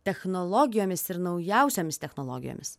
technologijomis ir naujausiomis technologijomis